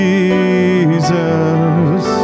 Jesus